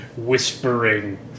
Whispering